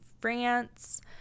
France